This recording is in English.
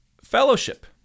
fellowship